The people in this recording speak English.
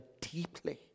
deeply